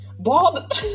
bob